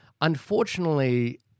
unfortunately